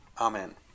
Amen